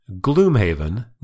Gloomhaven